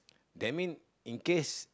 that mean in case